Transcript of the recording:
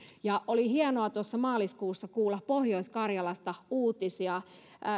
oli hienoa tuossa maaliskuussa kuulla pohjois karjalasta uutisia